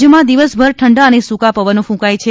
રાજ્યમાં દિવસભર ઠંડા અને સૂકા પવનો કૂંકાય છે